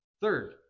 Third